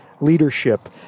leadership